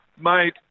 mate